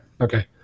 Okay